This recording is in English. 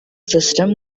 system